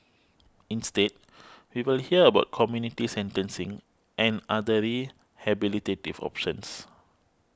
instead we will hear about community sentencing and other rehabilitative options